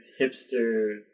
hipster